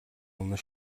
өмнөөс